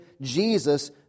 Jesus